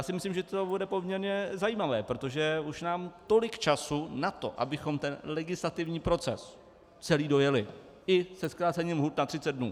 Já si myslím, že to bude poměrně zajímavé, protože už nám tolik času na to, abychom ten legislativní proces celý dojeli i se zkrácením lhůt na třicet dnů .